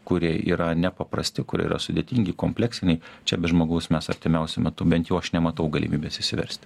kurie yra nepaprasti kurie yra sudėtingi kompleksiniai čia be žmogaus mes artimiausiu metu bent jau aš nematau galimybės išsiversti